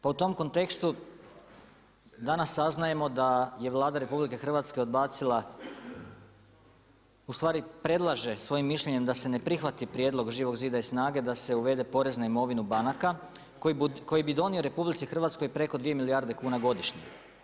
Po tom kontekstu danas saznajemo da je Vlada RH odbacila ustvari predlaže svojim mišljenjem da ne prihvati prijedlog Živog zida i SNAGA-e, da se uvede porez na imovinu banaka, koji bi donio RH preko 2 milijarde kuna godišnje.